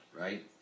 right